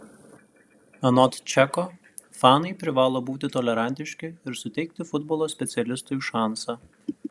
anot čeko fanai privalo būti tolerantiški ir suteikti futbolo specialistui šansą